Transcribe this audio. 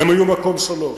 והם היו במקום השלישי.